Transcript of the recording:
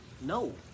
No